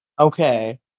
Okay